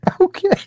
Okay